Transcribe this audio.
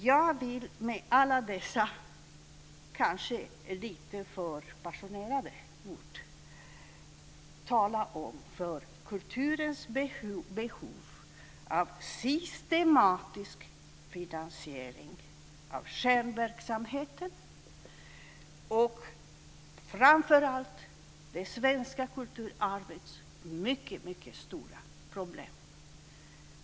Jag vill med alla dessa, kanske lite för passionerade, ord tala för kulturens behov av systematisk finansiering av kärnverksamheten och framför allt det svenska kulturarvets mycket stora problem.